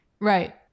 right